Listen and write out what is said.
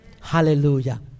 Hallelujah